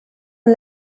and